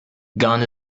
gone